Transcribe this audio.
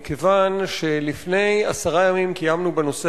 מכיוון שלפני עשרה ימים קיימנו בנושא